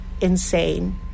insane